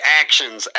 actions